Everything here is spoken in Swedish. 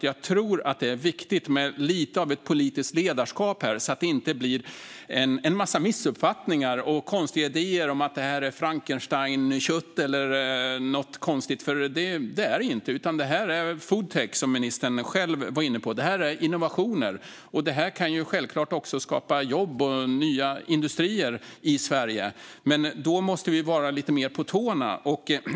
Jag tror att det är viktigt med ett politiskt ledarskap här, så att det inte blir en massa missuppfattningar och konstiga idéer om att det här skulle vara Frankensteinkött eller något konstigt. Det är det inte, utan det är foodtech, som ministern själv var inne på. Det här är innovationer. Självklart kan det också skapa jobb och nya industrier i Sverige. Men då måste vi vara lite mer på tårna.